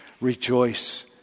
rejoice